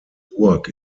burg